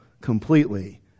completely